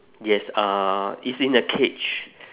yes uh it's in the cage